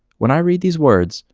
when i read these words,